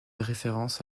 référence